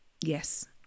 Yes